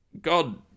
God